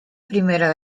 primera